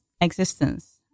Existence